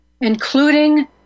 including